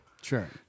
Sure